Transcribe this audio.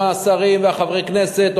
עם השרים וחברי הכנסת,